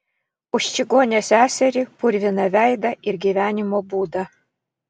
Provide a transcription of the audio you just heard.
už čigonę seserį purviną veidą ir gyvenimo būdą